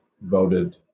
voted